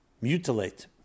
mutilate